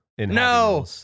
No